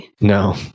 No